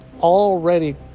Already